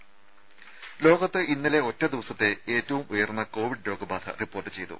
ദുദ ലോകത്ത് ഇന്നലെ ഒറ്റ ദിവസത്തെ ഏറ്റവും ഉയർന്ന കോവിഡ് രോഗബാധ റിപ്പോർട്ട് ചെയ്തു